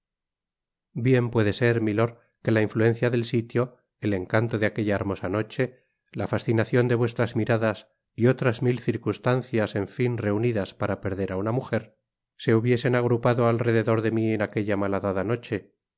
bien puede ser milord que la influencia del sitio el encanto de aquella hermosa noche la fascinacion de vuestras miradas y otras mil circunstancias en fin reunidas para perder á una mujer se hubiesen agrupado al rededor de mí en aquella mathadada noche